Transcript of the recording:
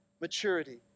maturity